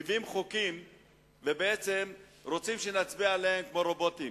מביאים חוקים ובעצם רוצים שנצביע עליהם כמו רובוטים.